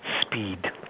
speed